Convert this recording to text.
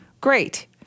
Great